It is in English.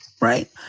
Right